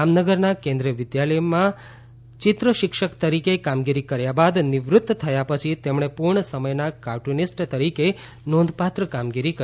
જામનગરના કેન્દ્રિય વિદ્યાલયમાં ચિત્ર શિક્ષક તરીકે કામગીરી કર્યા બાદ નિવૃત્ત થયા પછી તેમણે પૂર્ણ સમયના કાર્ટૂનિસ્ટ તરીકે નોંધપાત્ર કામગીરી કરી